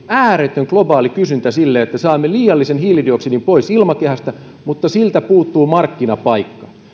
ääretön globaali kysyntä sille että saamme liiallisen hiilidioksidin pois ilmakehästä mutta siltä puuttuu markkinapaikka